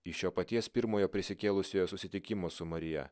iš jo paties pirmojo prisikėlusiojo susitikimo su marija